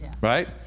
right